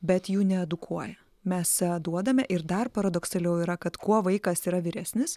bet jų needukuoja mes duodame ir dar paradoksaliau yra kad kuo vaikas yra vyresnis